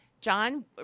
John